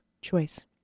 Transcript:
choice